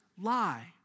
lie